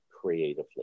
creatively